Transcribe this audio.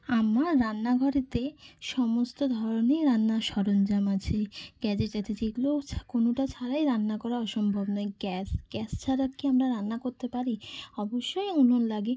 আমার রান্না ঘরেতে সমস্ত ধরনের রান্নার সরঞ্জাম আছে গ্যাজেট আছে যেইগুলো ছা কোনোটা ছাড়াই রান্না করা অসম্ভব লাইক গ্যাস গ্যাস ছাড়া কি আমরা রান্না করতে পারি অবশ্যই উনুন লাগে